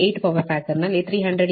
8 power ಫ್ಯಾಕ್ಟರ್ನಲ್ಲಿ 300 MVA